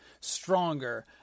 stronger